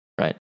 right